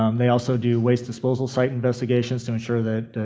um they also do waste disposal site investigations to insure that